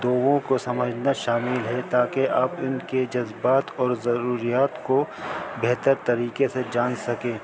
دگوں کو سمجھنا شامل ہے تاکہ آپ ان کے جذبات اور ضروریات کو بہتر طریقے سے جان سکیں